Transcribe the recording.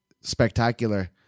spectacular